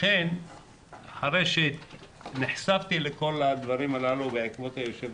לכן אחרי שנחשפתי לכל הדברים הללו בעקבות יושב